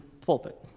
pulpit